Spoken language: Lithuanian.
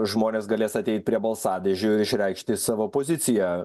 žmonės galės ateit prie balsadėžių išreikšti savo poziciją